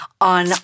on